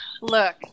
look